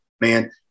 man